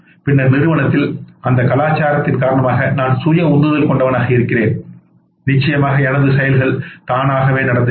பின்னர் நிறுவனத்தில் அந்த கலாச்சாரத்தின் காரணமாக நான் சுய உந்துதல் கொண்டவனாக இருக்கிறேன் நிச்சயமாக எனது செயல்கள் தானாகவே இருக்கும்